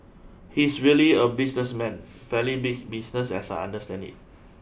he's really a businessman fairly big business as I understand it